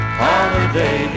holiday